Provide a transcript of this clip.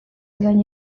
orain